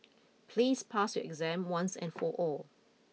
please pass your exam once and for all